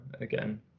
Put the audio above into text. again